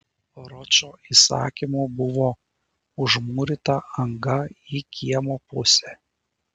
ročo įsakymu buvo užmūryta anga į kiemo pusę